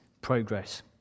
progress